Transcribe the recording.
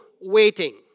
waiting